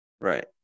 Right